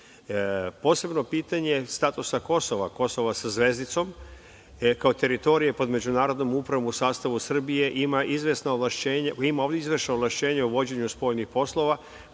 put. Posebno pitanje statusa Kosova, Kosova sa zvezdicom, kao teritorija pod međunarodnom upravom u sastavu Srbije ima izvršno ovlašćenje u vođenju spoljnih poslova